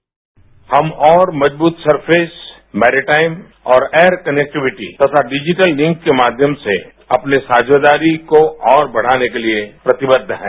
bite प्रधानमंत्री हम और मजबूत सर्फेस मैरीटाइन और एयरक्नैक्टिविटी तथा डिजिटल लिंक के माध्यम से अपनी साझेदारी को और बढ़ाने के लिए प्रतिबद्ध है